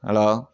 hello